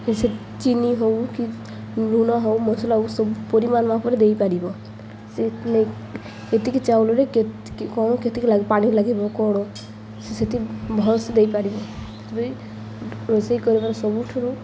ସେ ଚିନି ହଉ କି ଲୁଣ ହଉ ମସଲା ହଉ ସବୁ ପରିମାଣ ମାପରେ ଦେଇପାରିବ ସେ ଏତିକି ଚାଉଲରେ କେତିକି କଣ କେତିକି ପାଣି ଲାଗିବ କଣ ସେ ସେଠି ଭଲସେ ଦେଇପାରିବ ସେଥିପାଇଁ ରୋଷେଇ କରିବାର ସବୁଠୁରୁ